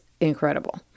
incredible